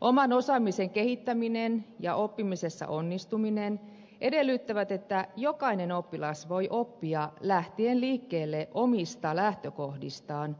oman osaamisen kehittäminen ja oppimisessa onnistuminen edellyttävät että jokainen oppilas voi oppia lähtien liikkeelle omista lähtökohdistaan